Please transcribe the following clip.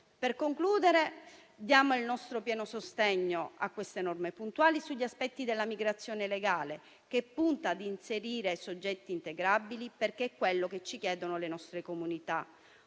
Per concludere, diamo il nostro pieno sostegno a queste norme puntuali sugli aspetti della migrazione legale, che punta ad inserire soggetti integrabili, perché è quello che ci chiedono le nostre comunità.